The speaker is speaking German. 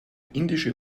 indische